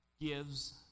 gives